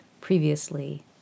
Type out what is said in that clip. previously